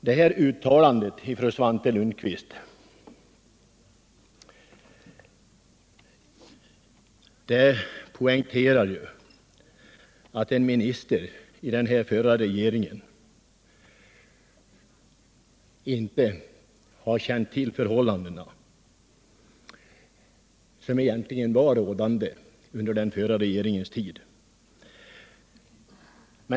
Detta uttalande visar att en minister i den förra regeringen inte kände till de förhållanden som rådde under den förra regeringens tid.